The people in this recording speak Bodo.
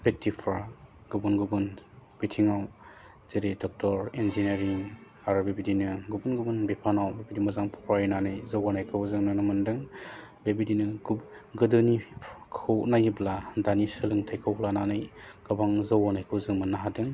बेकतिफ्रा गुबुन गुबुन बिथिङाव जेरै डक्टर इन्जिनियारिं आरो बेबायदिनो गुबुन गुबुन बिफानाव मोजां फरायनानै जौगानायखौ जों नुनो मोनदों बेबायदिनो गुबु गोदोनिखौ नायोब्ला दानि सोलोंथाइखौ लानानै गोबां जौगानायखौ जों मोननो हादों